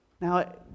Now